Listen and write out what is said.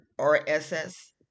RSS